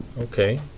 Okay